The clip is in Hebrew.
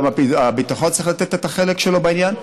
גם הביטחון צריך לתת את החלק שלו בעניין.